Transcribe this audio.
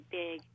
big